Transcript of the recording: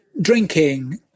drinking